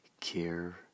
care